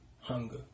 Hunger